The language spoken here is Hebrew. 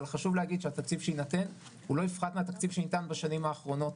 אבל חשוב להגיד שהתקציב שיינתן לא יפחת מהתקציב שניתן בשנים האחרונות.